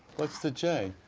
what's the j?